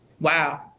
wow